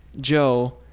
Joe